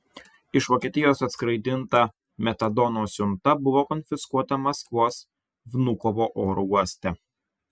iš vokietijos atskraidinta metadono siunta buvo konfiskuota maskvos vnukovo oro uoste